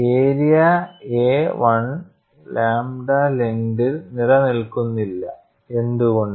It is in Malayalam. ഏരിയ എ 1 ലാംഡ ലെങ്ത്ൽ നിലനിൽക്കില്ല എന്തുകൊണ്ട്